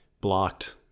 blocked